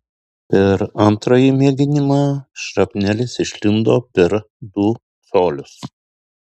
per antrąjį mėginimą šrapnelis išlindo per du colius